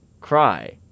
cry